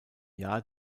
jahr